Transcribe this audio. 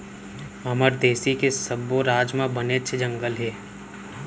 हमर देस के सब्बो राज म बनेच जंगल हे